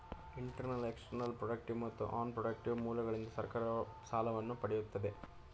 internal, external, productive ಮತ್ತು unprotective ಮೂಲಗಳಿಂದ ಸರ್ಕಾರ ಸಾಲವನ್ನು ಪಡೆಯುತ್ತದೆ